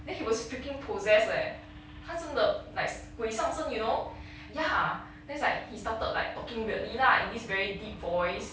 then he was freaking possessed leh how 他真的 like 鬼上身 you know ya that's like he started like talking weirdly lah in this very deep voice